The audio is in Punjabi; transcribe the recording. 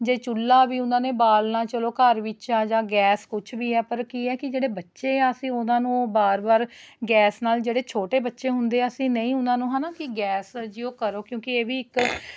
ਜੇ ਚੁੱਲ੍ਹਾ ਵੀ ਉਹਨਾਂ ਨੇ ਬਾਲਣਾ ਚਲੋ ਘਰ ਵਿੱਚ ਆ ਜਾਂ ਗੈਸ ਕੁਛ ਵੀ ਹੈ ਪਰ ਕੀ ਹੈ ਕਿ ਜਿਹੜੇ ਬੱਚੇ ਆ ਅਸੀਂ ਉਹਨਾਂ ਨੂੰ ਉਹ ਵਾਰ ਵਾਰ ਗੈਸ ਨਾਲ ਜਿਹੜੇ ਛੋਟੇ ਬੱਚੇ ਹੁੰਦੇ ਹੈ ਅਸੀਂ ਨਹੀਂ ਉਹਨਾਂ ਨੂੰ ਹੈ ਨਾ ਕਿ ਗੈਸ ਜੋ ਕਰੋ ਕਿਉਂਕਿ ਇਹ ਵੀ ਇੱਕ